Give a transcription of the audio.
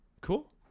Cool